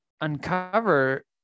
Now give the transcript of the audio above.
uncover